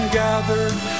gathered